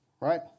right